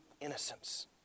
innocence